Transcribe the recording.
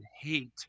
hate